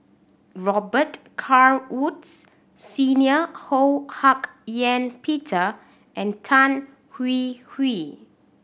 Robet Carr Woods Senior Ho Hak Ean Peter and Tan Hwee Hwee